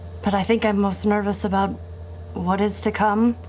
but i think i'm most nervous about what is to come.